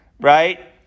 right